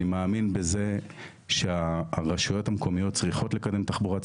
אני מאמין בזה שהרשויות המקומיות צריכות לקדם תחבורה ציבורית,